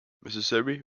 missouri